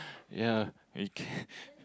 ya we can